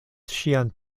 ŝian